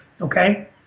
okay